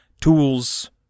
tools